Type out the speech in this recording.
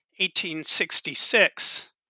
1866